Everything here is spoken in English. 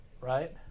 right